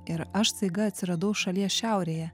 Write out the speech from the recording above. ir aš staiga atsiradau šalies šiaurėje